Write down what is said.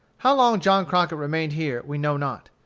how long john crockett remained here we know not.